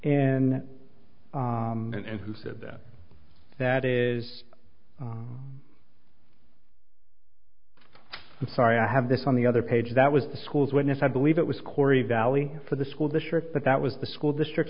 in and who said that is sorry i have this on the other page that was the school's witness i believe it was corey valley for the school district but that was the school district